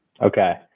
Okay